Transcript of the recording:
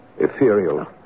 Ethereal